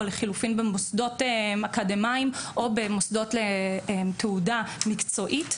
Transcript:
לחילופין במוסדות אקדמאיים או במקומות ללימודים מקצועיים.